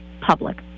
public